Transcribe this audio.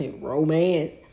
romance